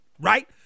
right